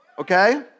Okay